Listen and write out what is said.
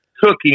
cooking